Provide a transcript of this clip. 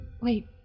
Wait